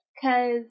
Cause